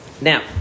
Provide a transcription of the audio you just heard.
Now